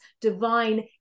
divine